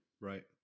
Right